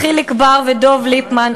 חיליק בר ודב ליפמן.